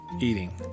eating